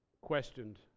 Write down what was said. questioned